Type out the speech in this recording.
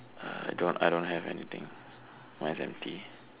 I don't I don't have anything mine's empty